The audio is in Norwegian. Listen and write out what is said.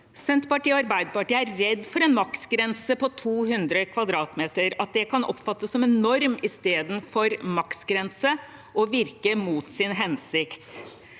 Senterpartiet og Arbeiderpartiet er redd for at en maksgrense på 200 m2 kan oppfattes som en norm i stedet for maksgrense, og virke mot sin hensikt.